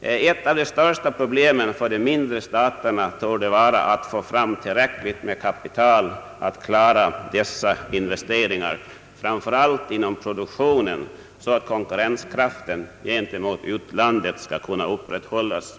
Ett av de största problemen för de mindre staterna torde vara att få fram tillräckligt kapital för att klara dessa investeringar, framför allt inom produktionen, så att konkurrenskraften gentemot utlandet skall kunna upprätthållas.